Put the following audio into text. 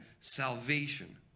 salvation